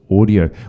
Audio